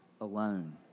alone